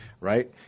right